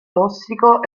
tossico